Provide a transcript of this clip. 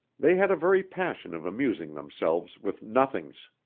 they had a very passion of amusing themselves with nothings.